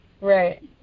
Right